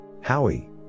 Howie